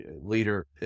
leader